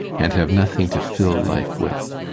and have nothing to fill life with.